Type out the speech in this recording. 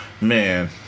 Man